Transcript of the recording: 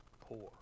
poor